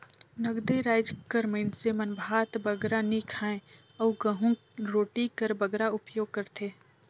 नगदे राएज कर मइनसे मन भात बगरा नी खाएं अउ गहूँ रोटी कर बगरा उपियोग करथे